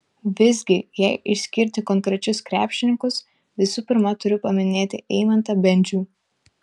visgi jei išskirti konkrečius krepšininkus visų pirma turiu paminėti eimantą bendžių